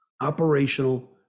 Operational